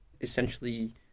essentially